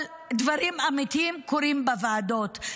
אבל דברים אמיתיים קורים בוועדות.